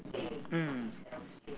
mm